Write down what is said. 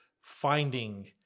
finding